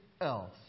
else